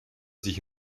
sich